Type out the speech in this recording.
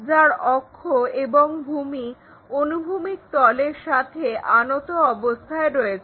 যার অক্ষ এবং ভূমি অনুভূমিক তলের সাথে আনত অবস্থায় রয়েছে